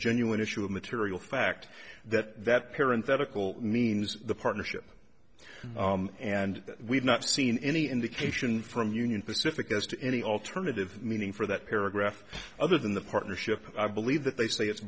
genuine issue of material fact that that parent had a call means partnership and we've not seen any indication from union pacific as to any alternative meaning for that paragraph other than the partnership i believe that they say it's